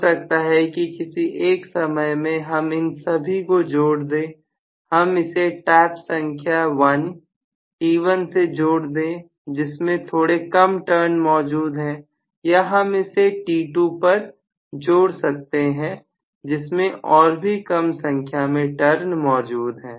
हो सकता है किसी एक समय में हम इन सभी को जोड़ दें हम इसे टैप संख्या 1 से जोड़ दें जिसमें थोड़े कम टर्न मौजूद हैं या हम इसे T2 पर जुड़ सकते हैं जिसमें और भी कम संख्या में टर्न मौजूद है